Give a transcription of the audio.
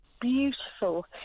beautiful